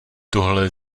tohle